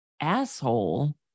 asshole